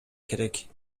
керек